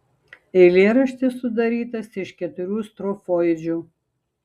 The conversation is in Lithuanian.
eilėraštis sudarytas iš keturių strofoidžių